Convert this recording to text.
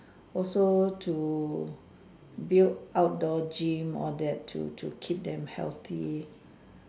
also to build outdoor gym all that to to keep them healthy